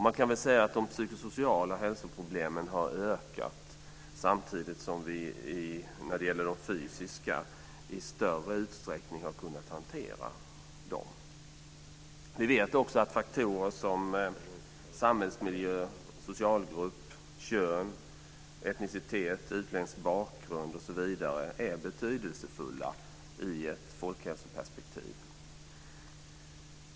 Man kan säga att de psykosociala hälsoproblemen har ökat samtidigt som vi i större utsträckning har kunnat hantera de fysiska hälsoproblemen. Vi vet också att faktorer som samhällsmiljö, socialgrupp, kön, etnicitet, utländsk bakgrund osv. är betydelsefulla i ett folkhälsoperspektiv.